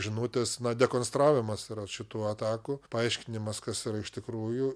žinutės na dekonstravimas yra šitų atakų paaiškinimas kas yra iš tikrųjų